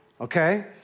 Okay